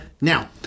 now